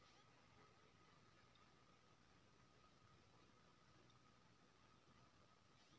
ई bank पढ़ाई के लेल कर्ज आ लोन करैछई की नय, यो केना पता करबै?